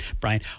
Brian